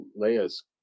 Leia's